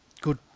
Good